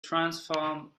transform